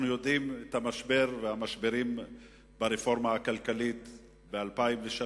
אנחנו יודעים על המשברים ברפורמה הכלכלית ב-2003,